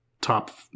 top